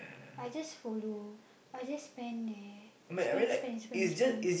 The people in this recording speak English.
I just follow I just spend there spend spend spend spend